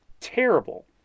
terrible